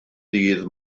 ddydd